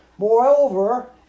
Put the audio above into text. Moreover